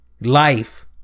life